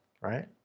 right